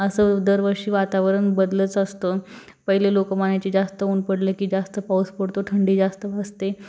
असं दरवर्षी वातावरण बदलत असतं पहिले लोक म्हणायचे जास्त ऊन पडलं की जास्त पाऊस पडतो थंडी जास्त असते